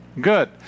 Good